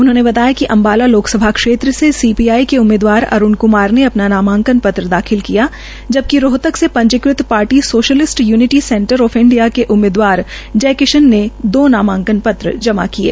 उन्होंने बताया कि अम्बाला लोकसभा क्षेत्र से सीपीआई के उम्मीदवार अरूण क्मार ने अपना नामांकन पत्र दाखिल किया जबकि रोहतक से पंजीकृत party socialist unity centre of India के उम्मीदवार जय किशन ने दो नामांकन पत्र जमा किये